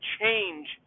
change